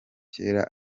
kera